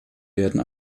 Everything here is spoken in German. werden